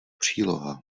příloha